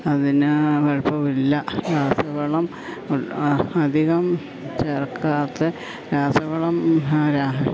അതിന് എളുപ്പമില്ല രാസവളം അധികം ചേർക്കാത്ത രാസവളം രാ